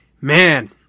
man